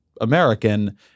American